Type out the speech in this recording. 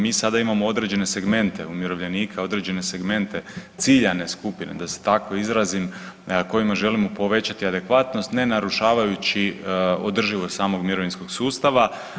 Mi sada imamo određene segmente umirovljenika, određene segmente ciljane skupine, da se tako izrazim, kojima želimo povećati adekvatnost, ne narušavajući održivost samog mirovinskog sustava.